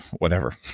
whatever,